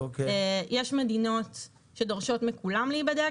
יש מדינות שדורשות מכולם להיבדק,